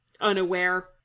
unaware